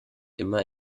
immer